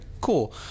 cool